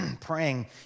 praying